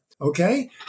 Okay